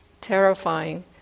terrifying